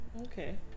Okay